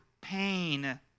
pain